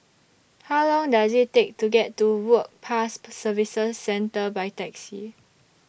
How Long Does IT Take to get to Work Pass Services Centre By Taxi